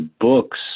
books